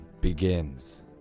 begins